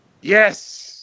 Yes